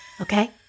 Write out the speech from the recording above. Okay